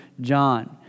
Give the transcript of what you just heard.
John